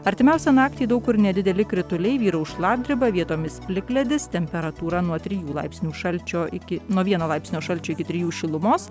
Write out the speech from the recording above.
artimiausią naktį daug kur nedideli krituliai vyraus šlapdriba vietomis plikledis temperatūra nuo trijų laipsnių šalčio iki nuo vieno laipsnio šalčio iki trijų šilumos